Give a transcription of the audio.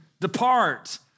depart